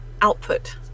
output